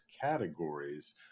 categories